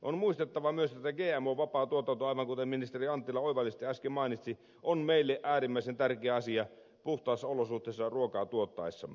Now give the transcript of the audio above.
on muistettava myös että gmo vapaa tuotanto aivan kuten ministeri anttila oivallisesti äsken mainitsi on meille äärimmäisen tärkeä asia puhtaissa olosuhteissa ruokaa tuottaessamme